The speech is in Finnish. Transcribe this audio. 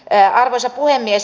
arvoisa puhemies